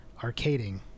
arcading